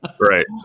right